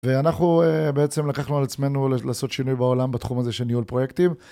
ואנחנו בעצם לקחנו על עצמנו לעשות שינוי בעולם בתחום הזה שניהול פרויקטים.